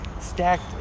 stacked